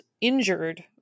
injured